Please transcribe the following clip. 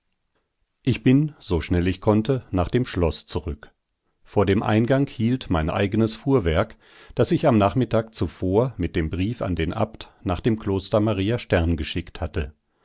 ich bin so schnell ich konnte nach dem schloß zurück vor dem eingang hielt mein eigenes fuhrwerk das ich am nachmittag zuvor mit dem brief an den abt nach dem kloster maria stern geschickt hatte